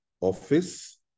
office